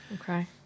Okay